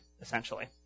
essentially